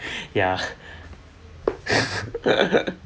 ya